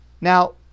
Now